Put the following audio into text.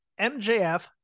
MJF